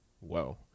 whoa